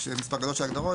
זה מספר גדול של הגדרות.